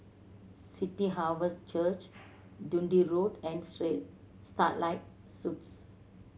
City Harvest Church Dundee Road and Starlight Suites